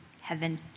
heaven